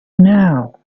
now